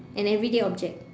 an everyday object